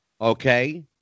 Okay